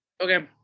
Okay